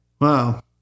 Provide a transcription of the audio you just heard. Wow